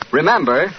remember